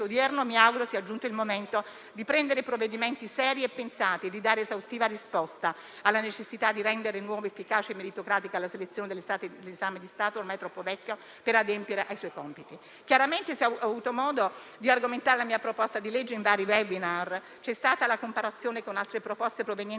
odierno, mi auguro sia giunto il momento di prendere provvedimenti seri e pensati, di dare esaustiva risposta alla necessità di rendere di nuovo efficace e meritocratica la selezione attraverso l'esame di Stato, ormai troppo vecchio per adempiere ai suoi compiti. Chiaramente ho avuto modo di argomentare la mia proposta di legge in vari *webinar*; c'è stata la comparazione con altre proposte provenienti